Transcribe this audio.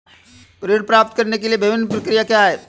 ऋण प्राप्त करने की विभिन्न प्रक्रिया क्या हैं?